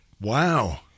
Wow